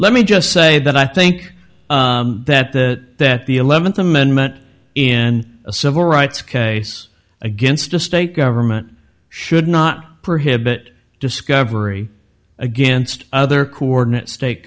let me just say that i think that the that the eleventh amendment in a civil rights case against a state government should not prohibit discovery against other coordinate state